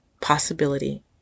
possibility